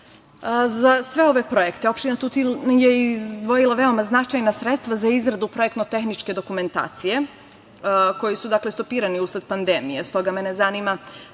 sve ove projekte opština Tutin je izdvojila veoma značajna sredstva za izradu projektno-tehničke dokumentacije, koji su stopirani usled pandemije. Stoga mene zanima,